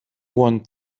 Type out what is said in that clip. want